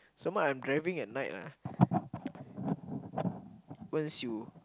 some more I'm driving at night lah once you